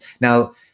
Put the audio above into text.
now